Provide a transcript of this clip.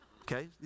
Okay